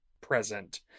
present